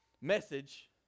message